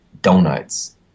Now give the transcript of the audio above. donuts